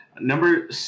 Number